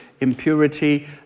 impurity